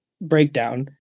breakdown